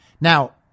Now